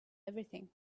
everything